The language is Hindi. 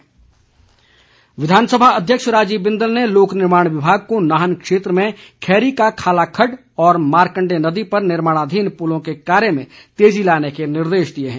बिंदल विधानसभा अध्यक्ष राजीव बिंदल ने लोक निर्माण विभाग को नाहन क्षेत्र में खैरी का खाला खड्ड और मारकंडे नदी पर निर्माणाधीन पुलों के कार्य में तेजी लाने के निर्देश दिए हैं